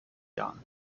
jahren